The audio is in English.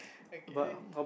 okay